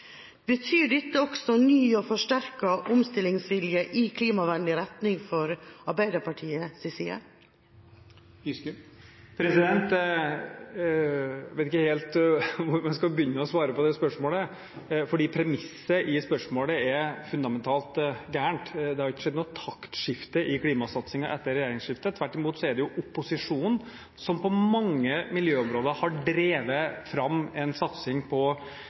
Betyr dette også ny og forsterket omstillingsvilje i klimavennlig retning fra Arbeiderpartiets side? Jeg vet ikke helt hvor man skal begynne å svare på det spørsmålet, fordi premisset i spørsmålet er fundamentalt galt – det har ikke skjedd noe taktskifte i klimasatsingen etter regjeringsskiftet. Tvert imot er det jo opposisjonen som på mange miljøområder har drevet fram en satsing på